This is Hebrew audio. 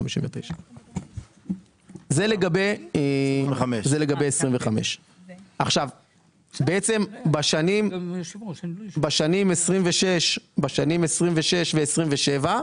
זה לגבי 25'. בעצם, בשנים 26' ו-27',